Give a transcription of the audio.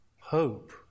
hope